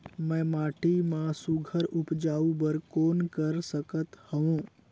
मैं माटी मा सुघ्घर उपजाऊ बर कौन कर सकत हवो?